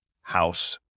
house